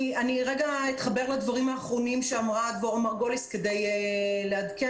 אתחבר לדברים האחרונים שאמרה דבורה מרגוליס כדי לעדכן,